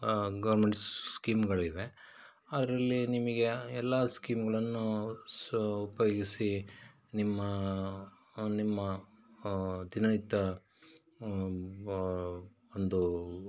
government ಸ್ಕೀಮ್ಗಳಿವೆ ಅದರಲ್ಲಿ ನಿಮಗೆ ಎಲ್ಲ ಸ್ಕೀಮ್ಗಳನ್ನು ಸ್ ಉಪಯೋಗಿಸಿ ನಿಮ್ಮ ನಿಮ್ಮ ದಿನನಿತ್ಯ ಒಂದು